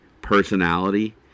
personality